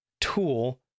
tool